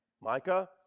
Micah